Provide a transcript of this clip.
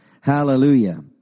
Hallelujah